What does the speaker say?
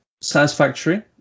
Satisfactory